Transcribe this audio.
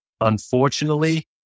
Unfortunately